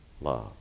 love